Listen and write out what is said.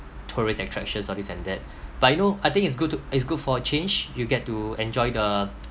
tourist attractions all this and that but you know I think it's good to it's good for a change you get to enjoy the